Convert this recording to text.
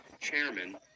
chairman